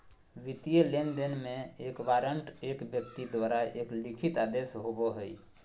वित्तीय लेनदेन में, एक वारंट एक व्यक्ति द्वारा एक लिखित आदेश होबो हइ